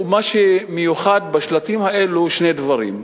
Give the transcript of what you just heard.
מה שמיוחד בשלטים האלו זה שני דברים.